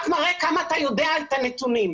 זה רק מראה כמה אתה יודע את הנתונים.